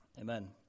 Amen